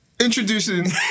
Introducing